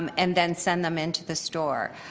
um and then send them into the store.